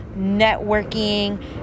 networking